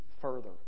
further